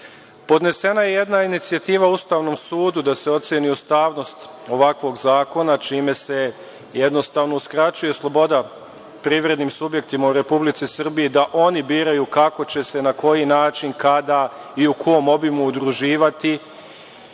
tražili. Podnesena je jedna inicijativa Ustavnom sudu da se oceni ustavnost ovakvog zakona čime se uskraćuje sloboda privrednim subjektima u Republici Srbiji da oni biraju kako će se, na koji način, kada i u kom obliku udruživati.